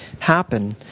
happen